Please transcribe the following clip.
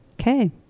okay